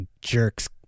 jerks